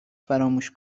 فراموش